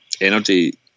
energy